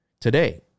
today